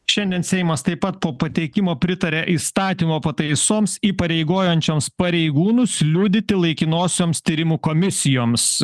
šiandien seimas taip pat po pateikimo pritarė įstatymo pataisoms įpareigojančioms pareigūnus liudyti laikinosioms tyrimo komisijoms